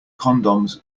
condoms